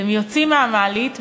אתם יוצאים מהמעלית,